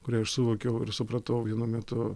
kurią aš suvokiau ir supratau vienu metu